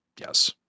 yes